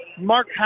Mark